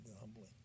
humbling